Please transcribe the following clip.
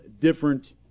different